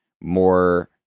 more